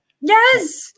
yes